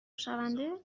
شونده